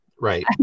Right